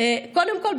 קודם כול,